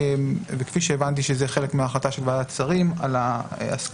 וכפי שהבנתי זה חלק מהחלטה של ועדת השרים על ההסכמות